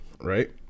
right